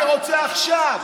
אני רוצה עכשיו.